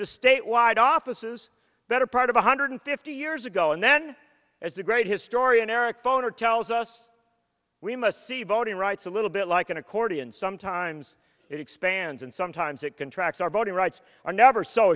to statewide offices that are part of one hundred fifty years ago and then as the great historian eric foner tells us we must see voting rights a little bit like an accordion sometimes it expands and sometimes it contracts are voting rights are never so